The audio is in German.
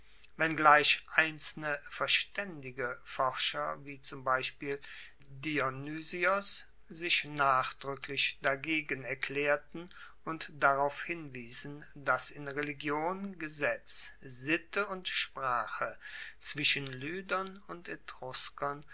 wenngleich einzelne verstaendige forscher wie zum beispiel dionysios sich nachdruecklich dagegen erklaerten und darauf hinwiesen dass in religion gesetz sitte und sprache zwischen lydern und